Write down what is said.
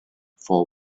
for